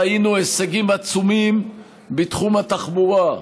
ראינו הישגים עצומים בתחום התחבורה.